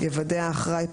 יוודא האחראי,